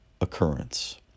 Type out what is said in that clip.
occurrence